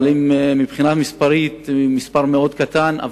אבל מבחינה מספרית הם מספר קטן מאוד,